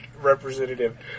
representative